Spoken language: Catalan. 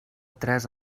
tres